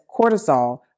cortisol